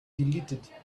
deleted